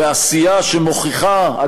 ועשייה שמוכיחה,